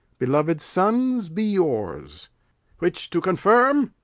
beloved sons, be yours which to confirm,